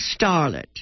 starlet